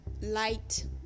light